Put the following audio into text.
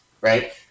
right